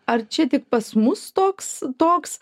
ar čia tik pas mus toks toks